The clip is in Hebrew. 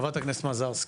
חברת הכנסת מזרסקי.